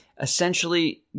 essentially